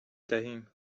دهیم